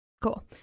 cool